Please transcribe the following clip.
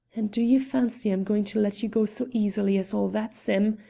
and do you fancy i'm going to let you go so easily as all that, sim?